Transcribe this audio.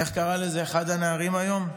איך קרא לזה אחד הנערים היום?